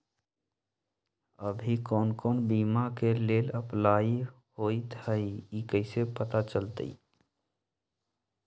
अभी कौन कौन बीमा के लेल अपलाइ होईत हई ई कईसे पता चलतई?